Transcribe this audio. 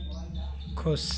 खुश